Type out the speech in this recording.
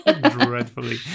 Dreadfully